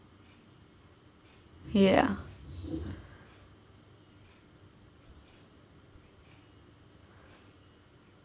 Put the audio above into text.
ya